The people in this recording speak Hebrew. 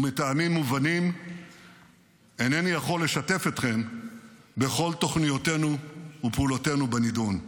ומטעמים מובנים אינני יכול לשתף אתכם בכל תוכניותינו ופעולותינו בנדון.